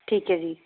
ਠੀਕ ਹੈ ਜੀ